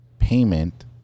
payment